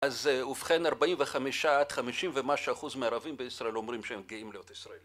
אז ובכן, 45 עד 50 ומשהו אחוז מהערבים בישראל אומרים שהם גאים להיות ישראלים